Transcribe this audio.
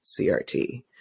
CRT